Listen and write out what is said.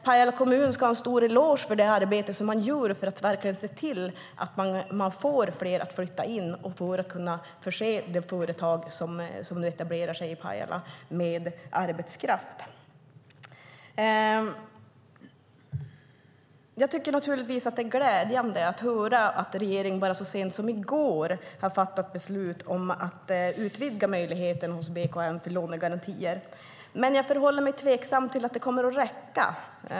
Pajala kommun ska ha en stor eloge för det arbete man gör för att se till att få fler att flytta in och för att förse de företag som etablerar sig i Pajala med arbetskraft. Det är glädjande att höra att regeringen så sent som i går fattade beslut om att utvidga möjligheten för lånegarantier hos BKN. Jag känner mig dock tveksam till att det kommer att räcka.